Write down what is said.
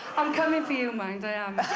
i'm coming for you, mind, i am.